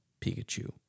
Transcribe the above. Pikachu